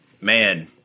Man